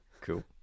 Cool